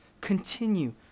continue